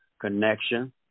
connection